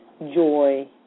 joy